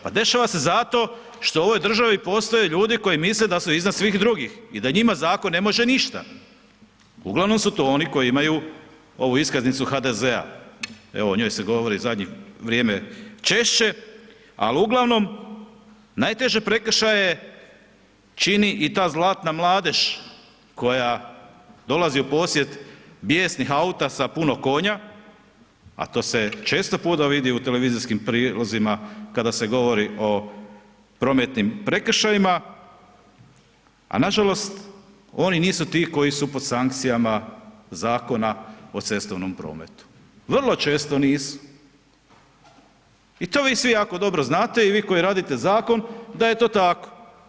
Pa dešava se zato što u ovoj državi postoje ljudi koji misle da su iznad svih drugih i da njima zakon ne može ništa, uglavnom su to oni koji imaju ovu iskaznicu HDZ-a, evo o njoj se govori u zadnje vrijeme češće, al uglavnom najteže prekršaje čini i ta zlatna mladež koja dolazi u posjed bijesnih auta sa puno konja, a to se često puta vidi u televizijskim prilozima kada se govori o prometnim prekršajima, a nažalost oni nisu ti koji su pod sankcijama Zakona o cestovnom prometu, vrlo često nisu i to vi svi jako dobro znate i vi koji radite zakon da je to tako.